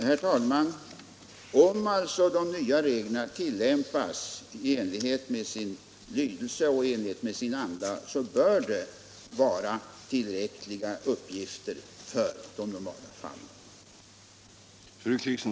Herr talman! Om de nya reglerna tillämpas i enlighet med sin lydelse och anda bör uppgifterna vara tillräckliga för de normala fallen.